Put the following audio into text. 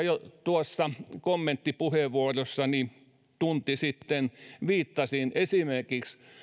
jo kommenttipuheenvuorossani tunti sitten viittasin esimerkiksi